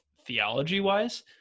theology-wise